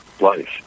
life